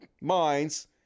minds